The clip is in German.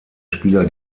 spieler